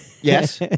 Yes